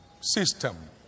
system